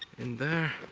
in there.